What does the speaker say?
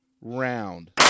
round